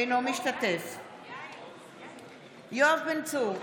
אינו משתתף בהצבעה יואב בן צור,